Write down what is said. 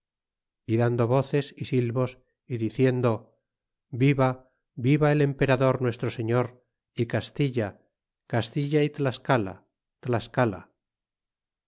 y dando voces y gritos é silvos diciendo viva el emperador nuestro señor y castilla castilla tlascala tlascala